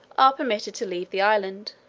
are permitted to leave the island